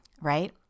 right